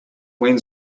when